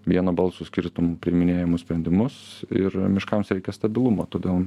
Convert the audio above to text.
vieno balso skirtumu priiminėjamus sprendimus ir miškams reikia stabilumo todėl